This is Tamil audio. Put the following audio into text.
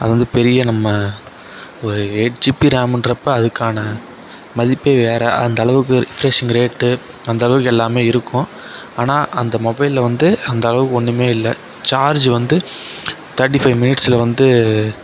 அது வந்து பெரிய நம்ம ஒரு எயிட் ஜிபி ரேமுன்றப்போ அதுக்கான மதிப்பே வேறு அந்த அளவுக்கு ப்ரைஸ் இந்த ரேட்டு அந்த அளவுக்கு எல்லாமே இருக்கும் ஆனால் அந்த மொபைலில் வந்து அந்த அளவுக்கு ஒன்றுமே இல்லை சார்ஜ் வந்து தர்ட்டி ஃபைவ் மினிட்ஸில் வந்து